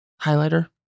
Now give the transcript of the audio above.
highlighter